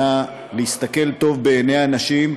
נא להסתכל טוב בעיני האנשים,